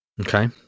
Okay